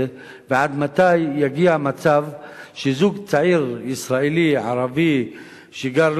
ומתי יגיע מצב שזוג צעיר ישראלי ערבי שגר,